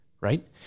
right